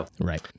Right